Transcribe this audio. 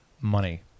Money